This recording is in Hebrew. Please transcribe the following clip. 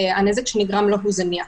הוא זניח.